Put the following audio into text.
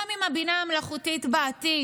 גם עם הבינה המלאכותית בעתיד,